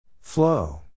Flow